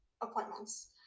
appointments